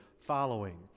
following